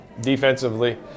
defensively